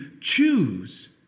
choose